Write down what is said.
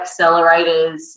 accelerators